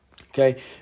okay